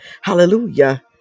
Hallelujah